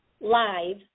live